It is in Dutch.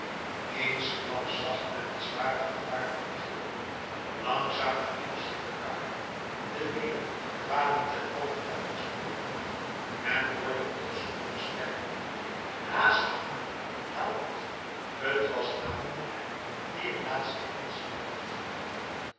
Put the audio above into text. eensklaps zag men het zware gevaarte wiegelen langzaam verhief zich de kar de wielen kwamen ten halve uit het spoor men hoorde een gesmoorde stem roepen haast u helpt t was madeleine die een laatste inspanning had gedaan